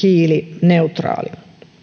hiilineutraali